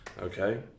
okay